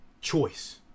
choice